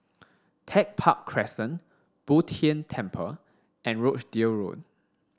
Tech Park Crescent Bo Tien Temple and Rochdale Road